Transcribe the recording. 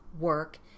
work